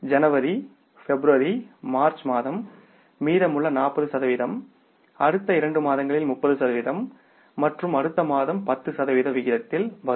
ஜனவரி பிப்ரவரி மார்ச் மாதம் மீதமுள்ள 40 சதவீதம் அடுத்த 2 மாதங்களில் 30 சதவீதம் மற்றும் அடுத்த மாதம் 10 சதவீத விகிதத்தில் வரும்